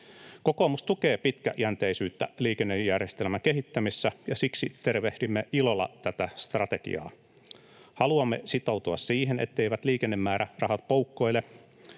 Kokoomus tukee pitkäjänteisyyttä liikennejärjestelmän kehittämisessä, ja siksi tervehdimme ilolla tätä strategiaa. Haluamme sitoutua siihen, etteivät liikennemäärärahat poukkoile